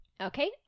Okay